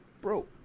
bro